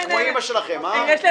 אנצל את הזמן שאני כאן ואגיד את דעתי.